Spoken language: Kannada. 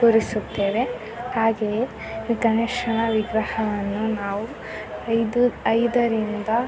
ಕೂರಿಸುತ್ತೇವೆ ಹಾಗೆಯೇ ಗಣೇಶನ ವಿಗ್ರಹವನ್ನು ನಾವು ಐದು ಐದರಿಂದ